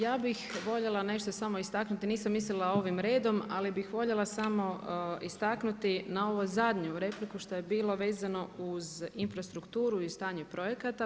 Ja bih voljela nešto samo istaknuti, nisam mislila ovim redom, ali bih voljela samo istaknuti na ovu zadnju repliku što je bilo vezano uz infrastrukturu i stanju projekata.